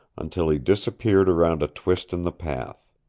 until he disappeared around a twist in the path.